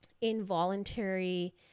involuntary